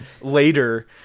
later